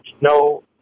no